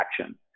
action